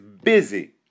Busy